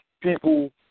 people